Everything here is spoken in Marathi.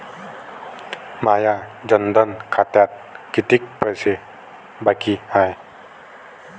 माया जनधन खात्यात कितीक पैसे बाकी हाय?